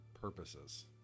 purposes